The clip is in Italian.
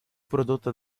prodotta